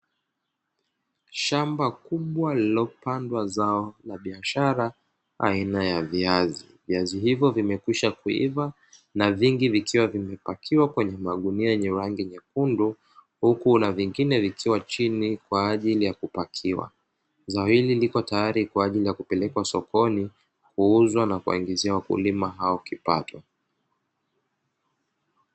Shamba kubwa lililopandwa zao la biashara aina ya viazi. Viazi hivyo vimekwisha kuiva na vingi vikiwa vimepakiwa kwenye magunia yenye rangi nyekundu huku na vingine vikiwa chini kwa ajili ya kupakiwa. Zao hili liko tayari kwa ajili ya kupelekwa sokoni, kuuzwa na kuwaingizia wakulima hao kipato.